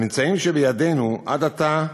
לפי הממצאים שבידינו עד עתה,